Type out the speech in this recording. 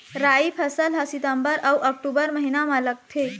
राई फसल हा सितंबर अऊ अक्टूबर महीना मा लगथे